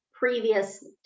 Previous